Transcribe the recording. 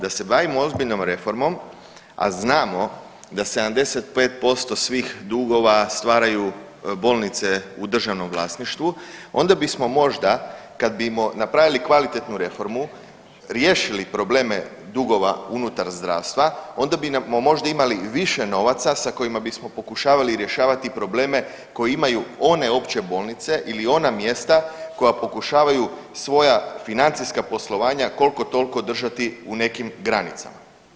Da se bavimo ozbiljnom reformom, a znamo da 75% svih dugova stvaraju bolnice u državnom vlasništvu onda bismo možda kad bimo napravili kvalitetnu reformu riješili probleme dugova unutar zdravstva onda bimo možda imali više novaca sa kojima bismo pokušavali rješavati probleme koje imaju one opće bolnice ili ona mjesta koja pokušavaju svoja financijska poslovanja koliko toliko držati u nekim granicama.